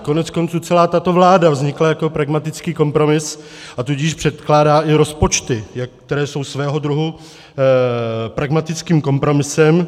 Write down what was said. Koneckonců celá tato vláda vznikla jako pragmatický kompromis, a tudíž předkládá i rozpočty, které jsou svého druhu pragmatickým kompromisem.